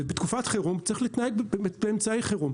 ובתקופת חירום צריך להתנהל באמצעי חירום.